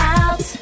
out